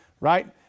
right